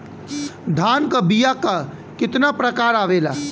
धान क बीया क कितना प्रकार आवेला?